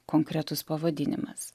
konkretus pavadinimas